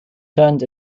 turned